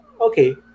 Okay